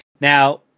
Now